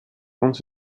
uns